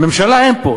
ממשלה אין פה,